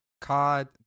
COD